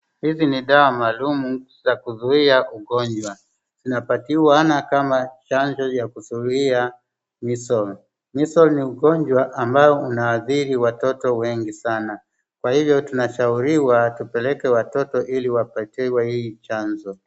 Hizi ni dawa maalum za kuzuia ugonjwa. Zinapatiwana kama chanjo ya kuzuia measles. Measles ni ugonjw ambao unaathiri watoto wengi sana. Kwa hivyo tunashauriwa tupeleke watoto ili wapatiwe hii chanjo.